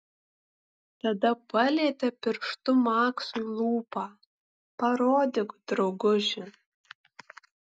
tada palietė pirštu maksui lūpą parodyk drauguži